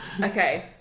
Okay